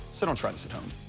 so don't try this at home.